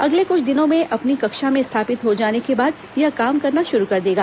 अगले कुछ दिनों में अपनी कक्षा में स्थापित हो जाने के बाद यह काम करना शुरु कर देगा